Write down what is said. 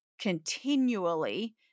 continually